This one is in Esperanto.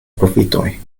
profitoj